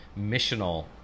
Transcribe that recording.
missional